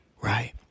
right